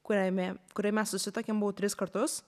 kuriame kuriame susituokėm buvau tris kartus